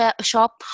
shop